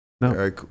No